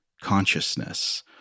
consciousness